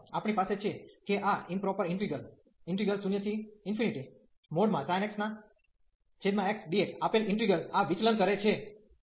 તેથી તે કિસ્સામાં આપણી પાસે છે કે આ improper integral 0sin x xdx આપેલ ઇન્ટિગલ આ વિચલન કરે છે